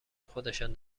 خودشان